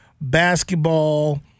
basketball